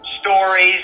stories